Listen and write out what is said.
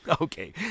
Okay